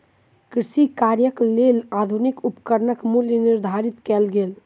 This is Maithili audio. कृषि कार्यक लेल आधुनिक उपकरणक मूल्य निर्धारित कयल गेल